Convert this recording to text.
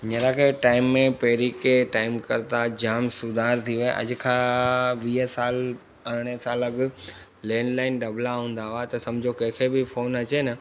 हींअर के टाइम में पहिरीं के टाइम करता जाम सुधार थी वियो आहे अॼु खां वीह साल अरड़हें साल अॻु लैंड लाइन डॿला हूंदा हुआ त सम्झो कंहिंखे बि फोन अचे न